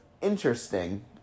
interesting